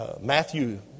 Matthew